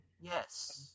Yes